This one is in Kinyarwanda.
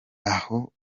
aho